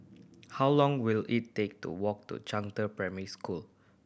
how long will it take to walk to Zhangde Primary School